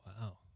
Wow